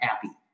happy